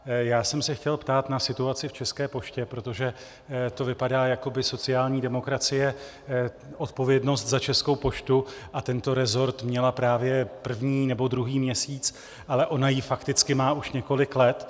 Chtěl jsem se ptát na situaci v České poště, protože to vypadá, jako by sociální demokracie odpovědnost za Českou poštu a tento resort měla právě první nebo druhý měsíc, ale ona ji fakticky má už několik let.